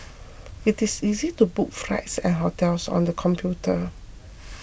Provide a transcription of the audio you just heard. it is easy to book flights and hotels on the computer